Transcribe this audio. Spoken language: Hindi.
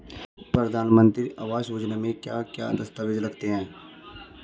प्रधानमंत्री आवास योजना में क्या क्या दस्तावेज लगते हैं?